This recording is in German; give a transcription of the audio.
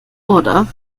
oder